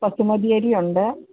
ബസുമതിയരിയുണ്ട്